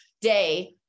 day